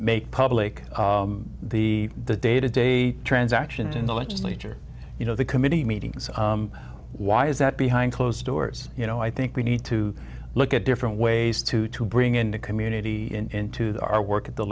make public the the day to day transactions in the legislature you know the committee meetings why is that behind closed doors you know i think we need to look at different ways to to bring in the community in our work at the